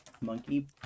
Monkey